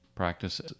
practice